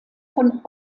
von